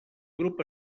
grup